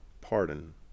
pardon